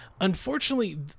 Unfortunately